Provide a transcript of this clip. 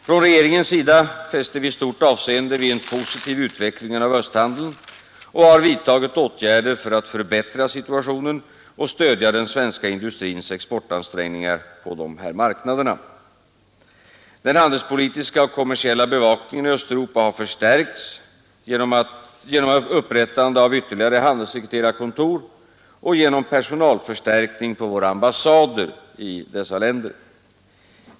Från regeringens sida fäster vi stort avseende vid en positiv utveckling av östhandeln och har vidtagit åtgärder för att förbättra situationen och stödja den svenska industrins exportansträngningar på dessa marknader. Den handelspolitiska och kommersiella bevakningen i Östeuropa har förstärkts genom upprättande av ytterligare handelssekreterarkontor och genom personalförstärkning på våra ambassader i dessa länder.